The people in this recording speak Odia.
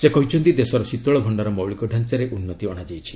ସେ କହିଛନ୍ତି ଦେଶର ଶୀତଳ ଭଣ୍ଡାର ମୌଳିକ ଢାଞ୍ଚାରେ ଉନ୍ନତି ଅଣାଯାଇଛି